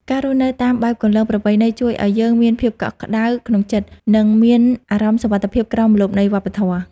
ការរស់នៅតាមបែបគន្លងប្រពៃណីជួយឱ្យយើងមានភាពកក់ក្ដៅក្នុងចិត្ត និង មានអារម្មណ៍សុវត្ថិភាពក្រោមម្លប់នៃវប្បធម៌។